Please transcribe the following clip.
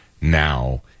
now